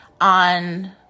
on